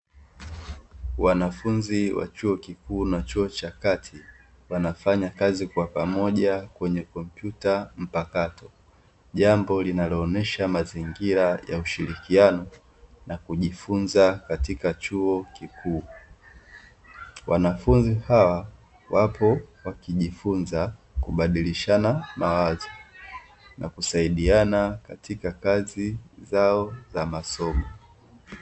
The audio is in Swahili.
Wanafunzi wa chuo kikuu na chuo cha kati, wanafanya kazi kwa pamoja kwenye kompyuta mpakato, jambo linaloonyesha mazingira yaushirikiano nakujifunza katika chuo kikuu. Wanafunzi hawa wapo wakijifunza kubadilishana mawazo nakusaidiana katika kazi zao za masomo.